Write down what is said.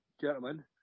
gentlemen